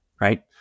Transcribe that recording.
Right